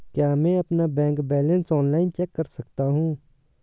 क्या मैं अपना बैंक बैलेंस ऑनलाइन चेक कर सकता हूँ?